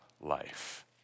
life